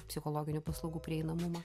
psichologinių paslaugų prieinamumą